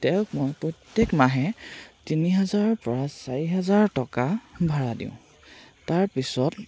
তেওঁক মই প্ৰত্যেক মাহে তিনি হাজাৰৰ পৰা চাৰি হাজাৰ টকা ভাড়া দিওঁ তাৰপিছত